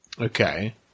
okay